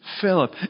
Philip